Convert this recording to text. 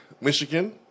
Michigan